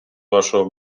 вашого